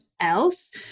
else